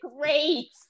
great